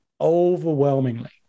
overwhelmingly